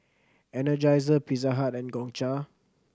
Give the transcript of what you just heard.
Energizer Pizza Hut and Gongcha